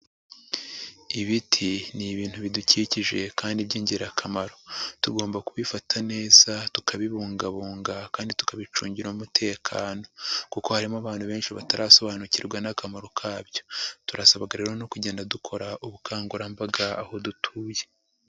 Ibiti ni ibintu bidukikije kandi by'ingirakamaro, tugomba kubifata neza tukabibungabunga kandi tukabicungira umutekano kuko harimo abantu benshi batarasobanukirwa n'akamaro kabyo, turasabwa rero no kugenda dukora ubukangurambaga aho dutuye.